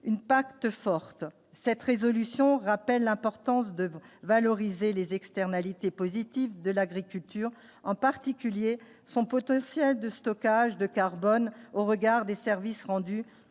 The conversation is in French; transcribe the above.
une pacte forte cette résolution rappelle l'importance de valoriser les externalités positives de l'agriculture, en particulier son potentiel de stockage de carbone au regard des services rendus,